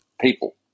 people